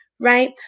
right